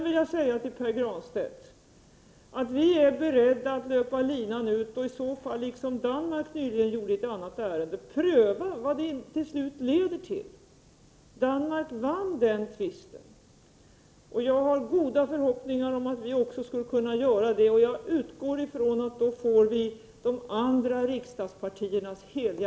Vi är beredda att löpa linan ut, Pär Granstedt. I så fall, liksom Danmark nyligen gjorde i ett annat ärende, prövar vi vad det till slut leder till. Danmark vann i sitt ärende. Jag har goda förhoppningar om att vi skulle kunna vinna den här tvisten. Jag utgår från att vi får de andra riksdagspartiernas Prot.